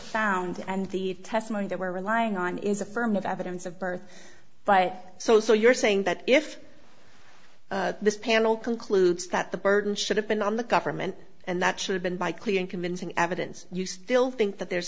found and the testimony that we're relying on is a firm of evidence of birth but so so you're saying that if this panel concludes that the burden should have been on the government and that should have been by clear and convincing evidence you still think that there's